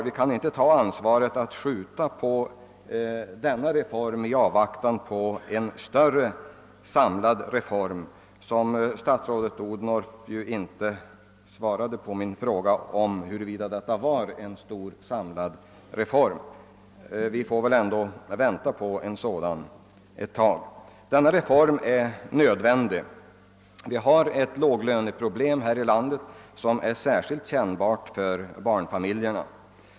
Vi kan inte ta ansvaret för att skjuta på denna reform i avvaktan på en större, samlad reform. Statsrådet Odhnoff svarade dock inte på min fråga om huruvida detta var en stor, samlad reform. Vi får nog ändå vänta på en sådan en tid eller hur? Denna reform är nödvändig. Vi har ett låglöneproblem här i landet, som är särskilt kännbart för barnfamiljerna.